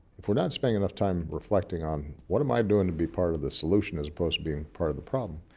if we're not spending enough time reflecting on, what am i doing to be part of the solution as opposed to being part of the problem?